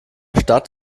stadt